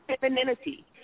femininity